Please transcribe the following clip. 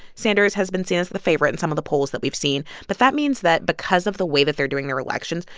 sanders has been seen as the favorite in some of the polls that we've seen. but that means that because of the way that they're doing their elections,